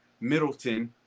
Middleton